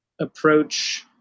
approach